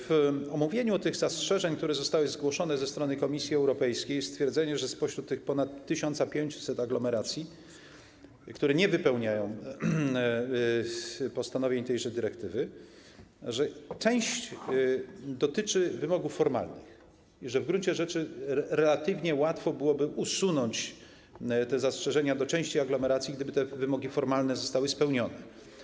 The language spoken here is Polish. W omówieniu tych zastrzeżeń, które zostały zgłoszone ze strony Komisji Europejskiej, jest stwierdzenie, że jeśli chodzi o te ponad 1500 aglomeracji, które nie wypełniają postanowień tejże dyrektywy, część zastrzeżeń dotyczy wymogów formalnych i że w gruncie rzeczy relatywnie łatwo byłoby usunąć te zastrzeżenia w stosunku do części aglomeracji, gdyby te wymogi formalne zostały spełnione.